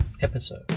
episode